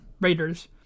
raiders